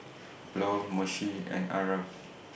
Flo Moshe and Aarav